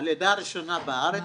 הלידה הראשונה בארץ,